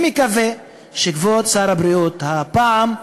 אני מקווה שתשובתו של כבוד שר הבריאות הפעם,